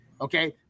Okay